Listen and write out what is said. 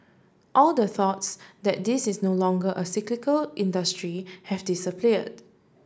all the thoughts that this is no longer a cyclical industry have disappeared